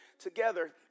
together